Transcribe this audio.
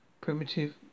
primitive